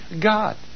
God